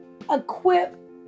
equip